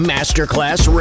Masterclass